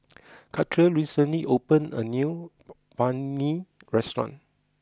Katia recently opened a new Banh Mi restaurant